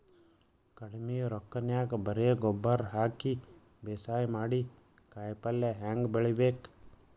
ಕಡಿಮಿ ರೊಕ್ಕನ್ಯಾಗ ಬರೇ ಗೊಬ್ಬರ ಹಾಕಿ ಬೇಸಾಯ ಮಾಡಿ, ಕಾಯಿಪಲ್ಯ ಹ್ಯಾಂಗ್ ಬೆಳಿಬೇಕ್?